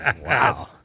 Wow